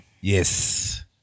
Yes